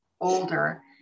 older